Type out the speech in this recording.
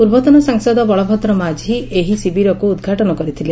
ପୂର୍ବତନ ସାଂସଦ ବଳଭଦ୍ର ମାଝୀ ଏହି ଶିବିରକୁ ଉଦ୍ଘାଟନ କରିଥିଲେ